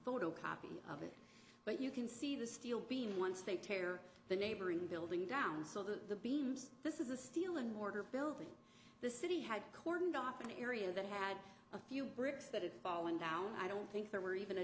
photo copy of it but you can see the steel beams once they tear the neighboring building down so the beams this is a steel and mortar building the city had cordoned off an area that had a few bricks that is falling down i don't think there were even a